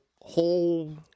whole